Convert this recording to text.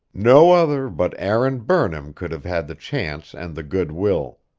no other but aaron burnham could have had the chance and the good will.